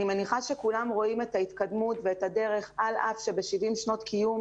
אני מניחה שכולם רואים את ההתקדמות ואת הדרך על אף שב-70 שנות קיום,